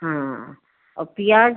हाँ और प्याज